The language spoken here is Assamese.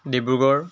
ডিব্ৰুগড়